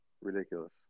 Ridiculous